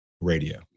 radio